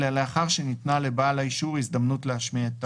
אלא לאחר שניתנה לבעל האישור הזדמנות להשמיע את טענותיו.